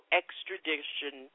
extradition